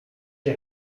się